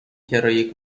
کرایه